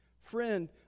Friend